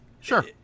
sure